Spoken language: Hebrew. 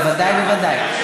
בוודאי ובוודאי.